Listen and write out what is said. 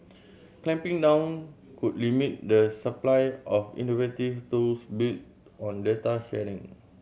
clamping down could limit the supply of innovative tools built on data sharing